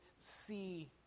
see